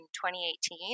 2018